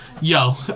yo